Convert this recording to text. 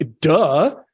duh